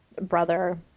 brother